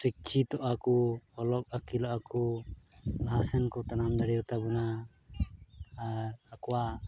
ᱥᱤᱪᱪᱷᱤᱛᱚᱜ ᱟᱠᱚ ᱚᱞᱚᱜ ᱟᱹᱠᱤᱞᱚᱜ ᱟᱠᱚ ᱞᱟᱦᱟ ᱥᱮᱱ ᱠᱚ ᱛᱟᱲᱟᱢ ᱫᱟᱲᱮᱭᱟᱛᱟ ᱵᱚᱱᱟ ᱟᱨ ᱟᱠᱚᱣᱟᱜ